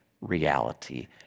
reality